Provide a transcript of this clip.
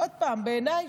עוד פעם: בעיניי,